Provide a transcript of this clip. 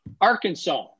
Arkansas